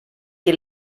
que